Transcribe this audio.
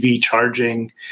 charging